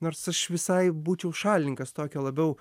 nors aš visai būčiau šalininkas tokio labiau